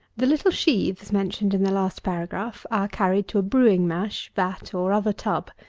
the little sheaves mentioned in the last paragraph are carried to a brewing mash, vat, or other tub.